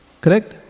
Correct